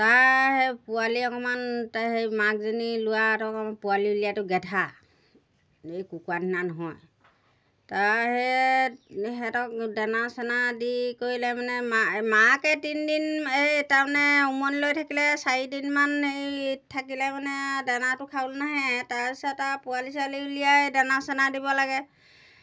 তাৰ সেই পোৱালী অকণমান সেই মাকজনী লোৱাত অকণমান পোৱালি উলিওয়াতো গেধা এই কুকুৰা নিচিনা নহয় তাহে সিহঁতক দানা চেনা দি কৰিলে মানে মা মাকে তিনিদিন এই তাৰমানে উমনি লৈ থাকিলে চাৰিদিনমান এই থাকিলে মানে দানাটো খাবলা নাহে তাৰপিছত আৰু পোৱালি ছোৱালী উলিয়াই দানা চেনা দিব লাগে